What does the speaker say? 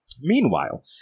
meanwhile